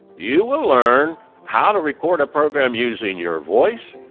you will learn how to record a program using your voice,